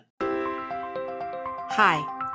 Hi